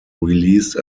released